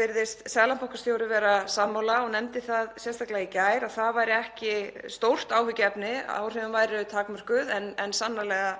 virðist seðlabankastjóri vera sammála og nefndi það sérstaklega í gær að það væri ekki stórt áhyggjuefni, áhrifin væru takmörkuð, en sannarlega